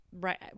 right